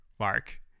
Mark